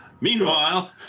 Meanwhile